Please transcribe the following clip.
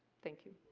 thank you.